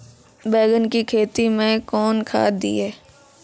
बैंगन की खेती मैं कौन खाद दिए?